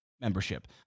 membership